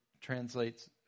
translates